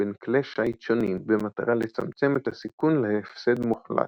בין כלי שיט שונים במטרה לצמצם את הסיכון להפסד מוחלט,